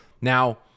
Now